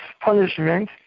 punishment